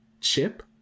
chip